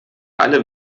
alle